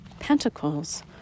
Pentacles